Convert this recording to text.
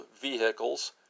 vehicles